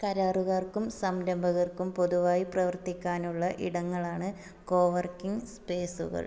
കരാറുകാർക്കും സംരംഭകർക്കും പൊതുവായി പ്രവർത്തിക്കാനുള്ള ഇടങ്ങളാണ് കോ വർക്കിംഗ് സ്പേസുകൾ